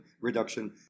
reduction